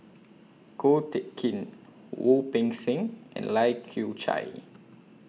Ko Teck Kin Wu Peng Seng and Lai Kew Chai